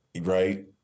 right